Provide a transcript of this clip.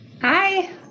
Hi